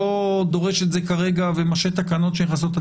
לא דורש את זה כרגע ומשהה תקנות שנכנסות.